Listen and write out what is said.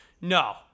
no